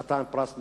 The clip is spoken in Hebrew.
חתן פרס נובל.